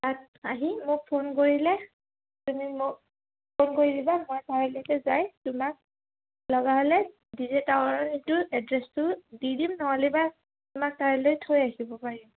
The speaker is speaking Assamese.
তাত আহি মোক ফোন কৰিলে তুমি মোক ফোন কৰি দিবা মই তালৈকে যায় তোমাক লগা হ'লে ডি জে টাৱাৰৰ এইটো এড্ৰেছটো দি দিম নহ'লেবা তোমাক তালৈ থৈ আহিব পাৰিম